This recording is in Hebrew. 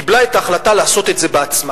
קיבלה את ההחלטה לעשות את זה בעצמה.